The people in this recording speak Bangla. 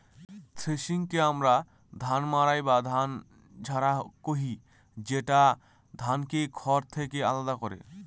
থ্রেশিংকে আমরা ধান মাড়াই বা ধান ঝাড়া কহি, যেটা ধানকে খড় থেকে আলাদা করে